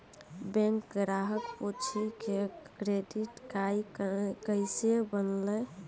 Bank ग्राहक पुछी की क्रेडिट कार्ड केसे बनेल?